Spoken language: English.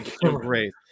Great